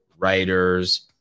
writers